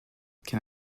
can